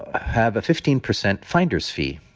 have a fifteen percent finder's fee.